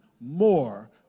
more